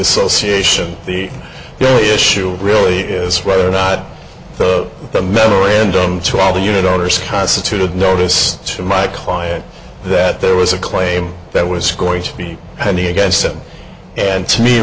association the issue really is whether or not the memorandum to other unit owners constituted notice my client that there was a claim that was going to be had me against him and to me